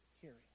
hearing